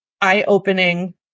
eye-opening